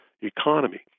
economy